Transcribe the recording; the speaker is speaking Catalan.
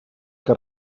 que